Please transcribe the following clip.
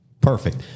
Perfect